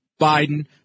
Biden